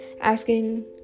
asking